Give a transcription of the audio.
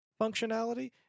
functionality